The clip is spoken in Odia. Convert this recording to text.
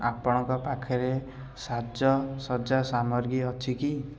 ଆପଣଙ୍କ ପାଖରେ ସାଜସଜ୍ଜା ସାମଗ୍ରୀ ଅଛି କି